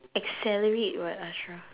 accelerate what ashra